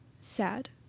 sad